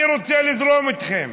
אני רוצה לזרום איתכם: